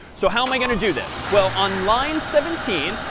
so how am i going to do this? well, on line seventeen,